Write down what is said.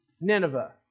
Nineveh